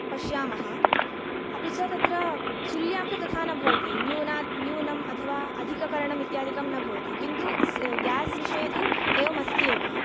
पश्यामः अपि च तत्र चुल्ल्यां तु तथा न भवति न्यूनात् न्यूनम् अथवा अधिककरणम् इत्यादिकं न भवति किन्तु गेस् विषये तु एवम् अस्ति एव